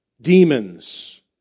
demons